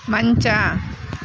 ಮಂಚ